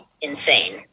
insane